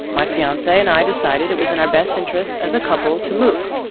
my fiancee and i decided it was in our best interests as a couple to move.